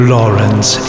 Lawrence